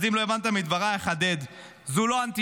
אז אם לא הבנת מדבריי, אחדד: זו לא אנטישמיות.